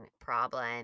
problem